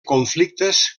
conflictes